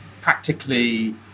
practically